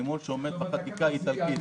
שמעיד שזה עומד בחקיקה האיטלקית.